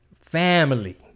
family